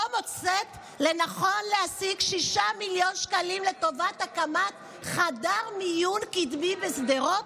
לא מוצאת לנכון להשיג 6 מיליון שקלים לטובת הקמת חדר מיון קדמי בשדרות?